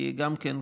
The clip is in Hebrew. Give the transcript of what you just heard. כי גם כן,